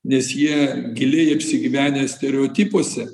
nes jie giliai apsigyvenę stereotipuose